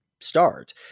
start